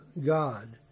God